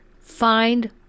Find